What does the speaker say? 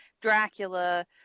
Dracula